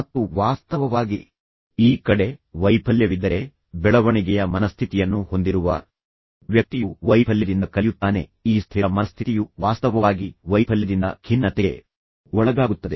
ಮತ್ತು ವಾಸ್ತವವಾಗಿ ಈ ಕಡೆ ವೈಫಲ್ಯವಿದ್ದರೆ ಬೆಳವಣಿಗೆಯ ಮನಸ್ಥಿತಿಯನ್ನು ಹೊಂದಿರುವ ವ್ಯಕ್ತಿಯು ವೈಫಲ್ಯದಿಂದ ಕಲಿಯುತ್ತಾನೆ ಈ ಸ್ಥಿರ ಮನಸ್ಥಿತಿಯು ವಾಸ್ತವವಾಗಿ ವೈಫಲ್ಯದಿಂದ ಖಿನ್ನತೆಗೆ ಒಳಗಾಗುತ್ತದೆ